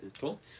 Cool